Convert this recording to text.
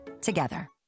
Together